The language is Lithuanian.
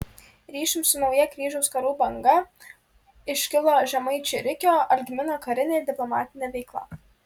ryšium su nauja kryžiaus karų banga iškilo žemaičių rikio algmino karinė ir diplomatinė veikla